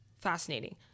fascinating